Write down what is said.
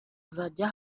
azajya